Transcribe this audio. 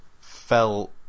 felt